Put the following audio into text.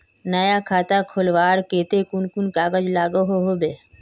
नया खाता खोलवार केते कुन कुन कागज लागोहो होबे?